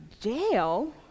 Jail